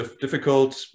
difficult